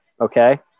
okay